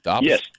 yes